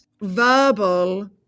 verbal